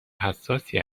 حساسی